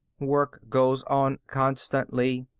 work goes on constantly,